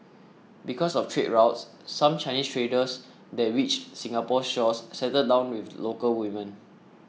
because of trade routes some Chinese traders that reached Singapore's shores settled down with local women